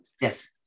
yes